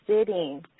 sitting